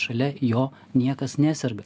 šalia jo niekas neserga